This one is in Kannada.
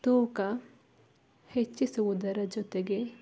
ತೂಕ ಹೆಚ್ಚಿಸುವುದರ ಜೊತೆಗೆ